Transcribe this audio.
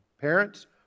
Parents